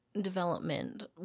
development